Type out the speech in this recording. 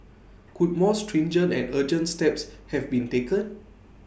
could more stringent and urgent steps have been taken